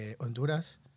Honduras